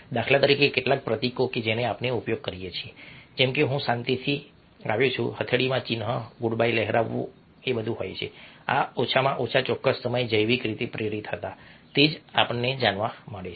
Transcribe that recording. દાખલા તરીકે કેટલાક પ્રતીકો કે જેનો આપણે ઉપયોગ કરીએ છીએ જેમ કે હું શાંતિથી આવ્યો છું હથેળીમાં ચિહ્ન ગુડ બાય લહેરાવું આ હોય છે આ ઓછામાં ઓછા ચોક્કસ સમયે જૈવિક રીતે પ્રેરિત હતા તે જ આપણને જાણવા મળે છે